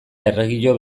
erregio